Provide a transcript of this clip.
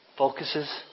Focuses